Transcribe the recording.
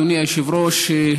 אדוני היושב-ראש,